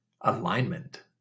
alignment